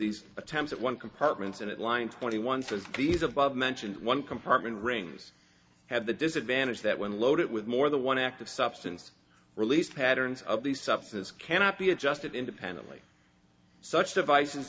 these attempts at one compartments and at line twenty one says these above mentioned one compartment rings have the disadvantage that when loaded with more the one active substance released patterns of these substances cannot be adjusted independently such devices